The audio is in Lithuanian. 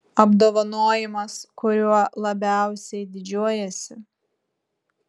apdovanojimas kuriuo labiausiai didžiuojiesi